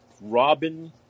Robin